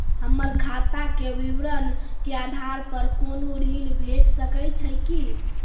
हमर खाता के विवरण के आधार प कुनू ऋण भेट सकै छै की?